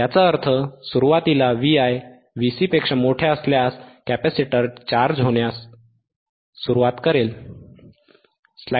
याचा अर्थ सुरुवातीला Vi Vcपेक्षा मोठे असल्यास Vi Vc कॅपेसिटर चार्ज होण्यास सुरवात करेल